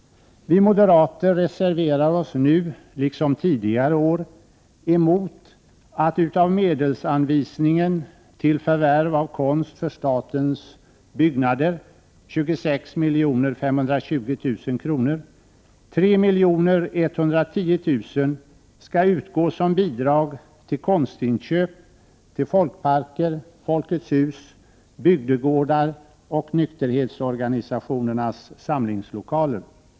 Vi moderater reserverar oss nu liksom tidigare år emot att utav medelsanvisningen till förvärv av konst för statens byggnader på 26 520 000 kr., skall 3 110 000 kr. utgå som bidrag till konstinköp till folkparker, Folkets hus, bygdegårdar och nykterhetsorganisationernas samlingslokaler.